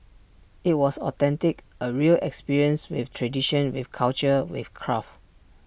IT was authentic A real experience with tradition with culture with craft